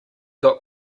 got